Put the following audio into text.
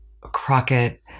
Crockett